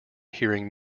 hearing